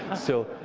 so